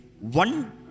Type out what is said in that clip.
one